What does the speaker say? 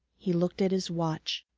he looked at his watch.